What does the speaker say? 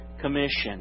Commission